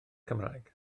cymraeg